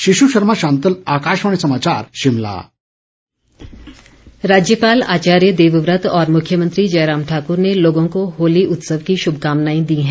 शिशु शर्मा शांतल आकाशवाणी समाचार शिमला बघाई होली राज्यपाल आचार्य देवव्रत और मुख्यमंत्री जयराम ठाकुर ने लोगों को होली उत्सव की श्मकामनाएं दी हैं